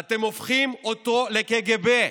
לקג"ב.